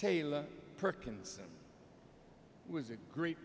taylor perkins was a great